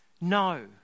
No